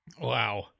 Wow